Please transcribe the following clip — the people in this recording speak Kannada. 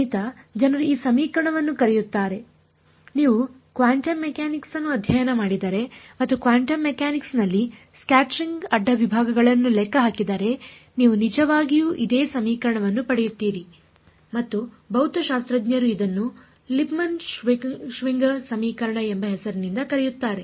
ಗಣಿತ ಜನರು ಈ ಸಮೀಕರಣವನ್ನು ಕರೆಯುತ್ತಾರೆ ನೀವು ಕ್ವಾಂಟಮ್ ಮೆಕ್ಯಾನಿಕ್ಸ್ ಅನ್ನು ಅಧ್ಯಯನ ಮಾಡಿದರೆ ಮತ್ತು ಕ್ವಾಂಟಮ್ ಮೆಕ್ಯಾನಿಕ್ಸ್ನಲ್ಲಿ ಸ್ಕ್ಯಾಟರಿಂಗ್ ಅಡ್ಡ ವಿಭಾಗಗಳನ್ನು ಲೆಕ್ಕ ಹಾಕಿದರೆ ನೀವು ನಿಜವಾಗಿಯೂ ಅದೇ ಸಮೀಕರಣವನ್ನು ಪಡೆಯುತ್ತೀರಿ ಮತ್ತು ಭೌತಶಾಸ್ತ್ರಜ್ಞರು ಇದನ್ನು ಲಿಪ್ಮನ್ ಶ್ವಿಂಗರ್ ಸಮೀಕರಣ ಎಂಬ ಹೆಸರಿನಿಂದ ಕರೆಯುತ್ತಾರೆ